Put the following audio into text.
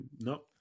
No